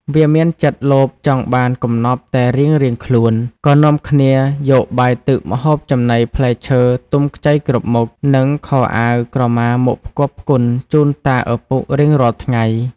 វាមានចិត្តលោភចង់បានកំណប់ តែរៀងៗខ្លួន ក៏នាំគ្នាយកបាយទឹកម្ហូបចំណីផ្លែឈើទុំខ្ចីគ្រប់មុខ និងខោអាវក្រមាមកផ្គាប់ផ្គុនជូនតាឪពុករៀងរាល់ថ្ងៃ។